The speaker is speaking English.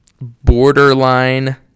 borderline